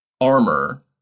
armor